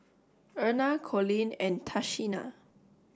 Erna Colleen and Tashina